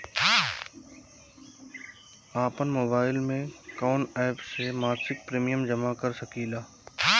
आपनमोबाइल में कवन एप से मासिक प्रिमियम जमा कर सकिले?